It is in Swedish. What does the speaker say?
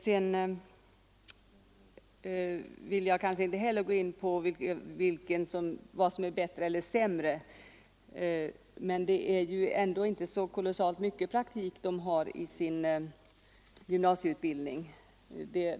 Jag vill kanske inte heller gå in på vad som är bättre eller sämre — teori eller praktik. Det är dock inte så mycket praktik i gymnasieutbildningen.